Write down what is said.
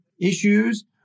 issues